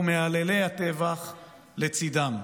ומהללי הטבח לצידם.